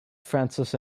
francis